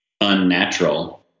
unnatural